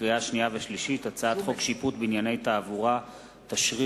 לקריאה שנייה ולקריאה שלישית: הצעת חוק שיפוט בענייני תעבורה (תשריר,